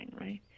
right